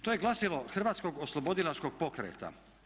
To je glasilo Hrvatskog oslobodilačkog pokreta.